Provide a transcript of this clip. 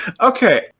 okay